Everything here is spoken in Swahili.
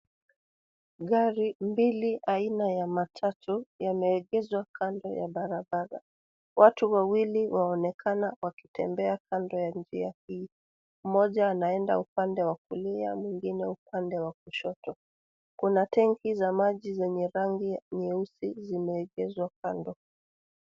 Gari mbili aina ya matatu yameegezwa kando ya barabara. Watu wawili waonekana wakitembea kando ya njia hii. Mmoja anaenda upande wa kulia mwingine upande wa kushoto. Kuna tenki za maji zenye rangi nyeusi zimeegezwa kando.